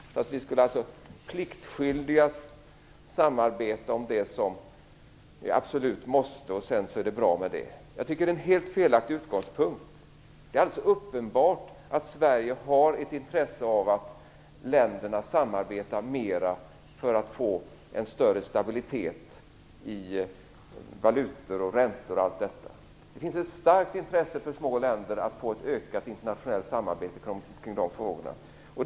Vi skulle alltså pliktskyldigast samarbeta där vi absolut måste, och sedan får det vara bra. Jag tycker att det är en helt felaktig utgångspunkt. Det är alldeles uppenbart att Sverige har ett intresse av att länderna samarbetar mera för att få en större stabilitet i valutor, räntor och allt detta. Det finns ett starkt intresse för små länder att få ett ökat internationellt samarbete kring de frågorna.